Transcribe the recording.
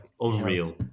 Unreal